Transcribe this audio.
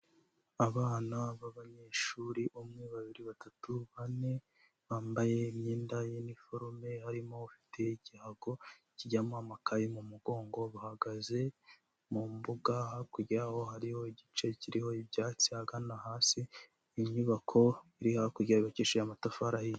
Abana b'abanyeshuri, umwe, babiri, batatu, bane, bambaye imyenda y'iniforume, harimo ufite igihago kijyamo amakaye mu mugongo. Bahagaze mu mbuga, hakurya yabo hariho igice kiriho ibyatsi agana hasi. Inyubako iri hakurya yubakishije amatafari ahiye.